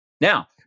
Now